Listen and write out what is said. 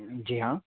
जी हाँ